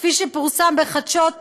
כפי שפורסם בחדשות 0404,